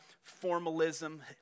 formalism